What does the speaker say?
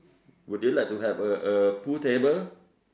would you like to have a a pool table